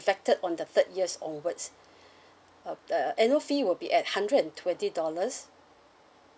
effected on the third years onwards uh the annual fee will be at hundred and twenty dollars